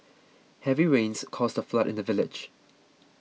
heavy rains caused a flood in the village